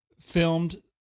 filmed